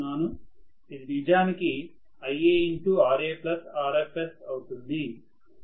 ఇది నిజానికి IaRaRfsఅవుతుంది